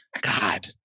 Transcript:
God